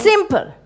Simple